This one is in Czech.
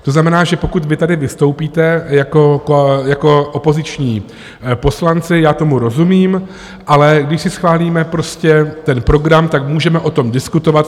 To znamená, že pokud vy tady vystoupíte jako opoziční poslanci, já tomu rozumím, ale když si schválíme prostě ten program, tak můžeme o tom diskutovat.